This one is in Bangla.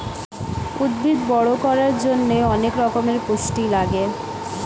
উদ্ভিদ বড় করার জন্যে অনেক রকমের পুষ্টি লাগে